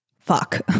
fuck